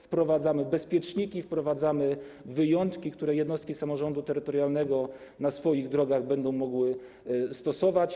Wprowadzamy bezpieczniki, wprowadzamy wyjątki, które jednostki samorządu terytorialnego na swoich drogach będą mogły stosować.